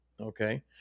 Okay